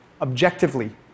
objectively